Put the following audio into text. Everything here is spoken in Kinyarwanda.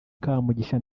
kamugisha